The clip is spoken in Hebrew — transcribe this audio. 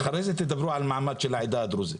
אחרי זה תדברו על המעמד של העדה הדרוזית.